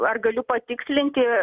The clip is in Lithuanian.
ar galiu patikslinti